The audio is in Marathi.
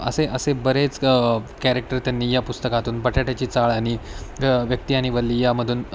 असे असे बरेच कॅरेक्टर त्यांनी या पुस्तकातून बटाट्याची चाळ आणि व्यक्ती आणि वल्ली यामधून